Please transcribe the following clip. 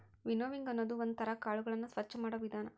winnowing ಅನ್ನೋದು ಒಂದ್ ತರ ಕಾಳುಗಳನ್ನು ಸ್ವಚ್ಚ ಮಾಡೋ ವಿಧಾನ